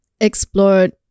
explored